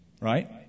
right